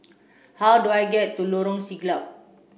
how do I get to Lorong Siglap